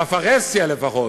בפרהסיה לפחות,